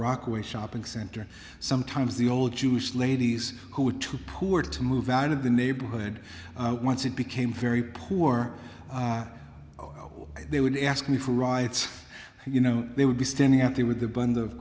rockaway shopping center sometimes the old jewish ladies who were too poor to move out of the neighborhood once it became very poor oh they would ask me for rides you know they would be standing out there with a bundle of